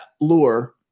lure